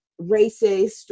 racist